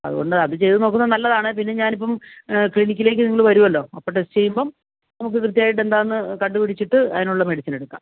അതുകൊണ്ട് അതു ചെയ്തു നോക്കുന്നത് നല്ലതാണ് പിന്നെ ഞാനിപ്പം ക്ലിനിക്കിലേക്ക് നിങ്ങൾ വരുമല്ലോ അപ്പോൾ ടെസ്റ്റ് ചെയ്യുമ്പോൾ നമുക്ക് കൃത്യമായിട്ട് എന്താണെന്ന് കണ്ടുപിടിച്ചിട്ട് അതിനുള്ള മെഡിസിൻ എടുക്കാം